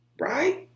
right